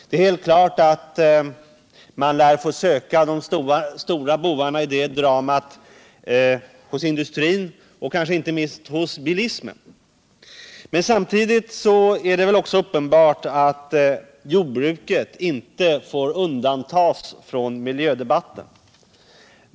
Det är helt klart att de stora bovarna i det dramat lär få sökas hos industrin och kanske inte minst hos bilismen, men samtidigt är det väl uppenbart att jordbruket inte får undantas från miljödebatten.